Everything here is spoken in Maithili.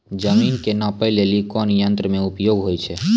जमीन के नापै लेली कोन यंत्र के उपयोग होय छै?